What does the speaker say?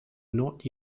not